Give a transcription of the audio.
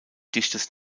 dichtes